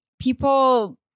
People